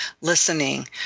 listening